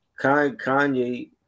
Kanye